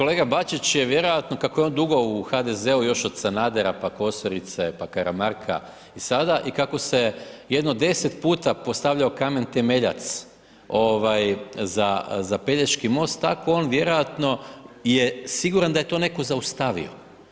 Kolega Bačić je vjerojatno kako je on dugo u HDZ-u, još od Sanadera, pa Kosorice, pa Kramarka i sada i kako se jedno 10 puta postavljao kamen temeljac, za Pelješki most, tako on vjerojatno je siguran da je to netko zaustavio.